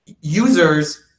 users